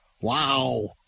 Wow